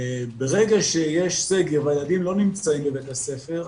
ברגע שיש סגר והילדים לא נמצאים בבית הספר,